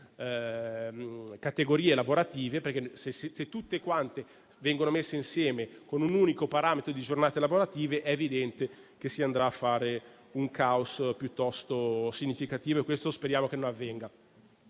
categorie lavorative. Se vengono messe tutte insieme con un unico parametro di giornate lavorative, è evidente che si andrà a fare un caos piuttosto significativo. E questo speriamo non avvenga.